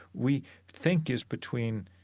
we think is between